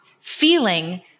feeling